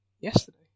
yesterday